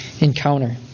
encounter